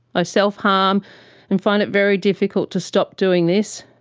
ah self-harm and find it very difficult to stop doing this.